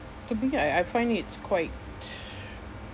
to me I I find it's quite